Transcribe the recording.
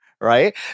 right